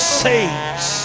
saves